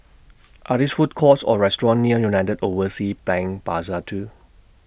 Are These Food Courts Or restaurants near United Overseas Bank Plaza two